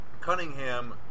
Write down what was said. Cunningham